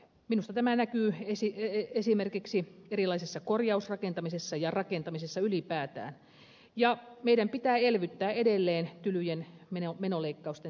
minusta tämä näkyy esimerkiksi erilaisessa korjausrakentamisessa ja rakentamisessa ylipäätään ja meidän pitää elvyttää edelleen tylyjen menoleikkausten sijasta